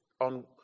on